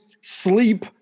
Sleep